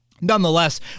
nonetheless